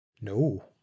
no